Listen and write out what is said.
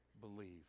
believe